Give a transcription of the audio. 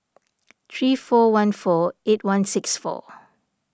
three four one four eight one six four